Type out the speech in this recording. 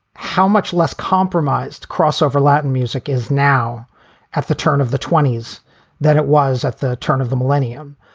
how much less compromised crossover latin music is now at the turn of the twenty s than it was at the turn of the millennium.